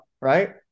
Right